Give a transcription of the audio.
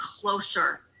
closer